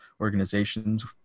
organizations